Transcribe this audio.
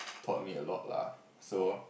taught me a lot lah so